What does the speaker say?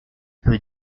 peu